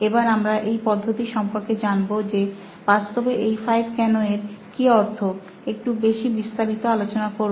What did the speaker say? এবার আমরা এই পদ্ধতি সম্পর্কে জানবো যে বাস্তবে এই 5 কেন এর কি অর্থ একটু বেশি বিস্তারিত আলোচনা করবো